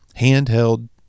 handheld